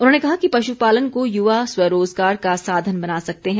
उन्होंने कहा कि पशुपालन को युवा स्वरोजगार का साधन बना सकते हैं